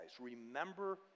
Remember